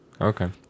Okay